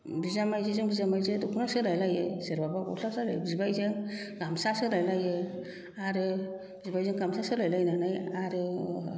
बिजोमायजो जों बिजोमायजो जों जे दख'ना सोलाय लायो सोरहाबा गस्ला सोलाय बिबायजों गामसा सोलाय लायो आरो बिबायजों गामसा सोलाय लायनानै आरो